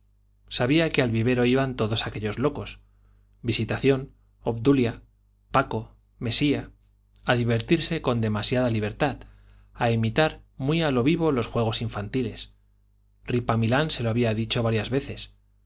sabía que al vivero iban todos aquellos locos visitación obdulia paco mesía a divertirse con demasiada libertad a imitar muy a lo vivo los juegos infantiles ripamilán se lo había dicho varias veces